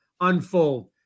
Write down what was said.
unfold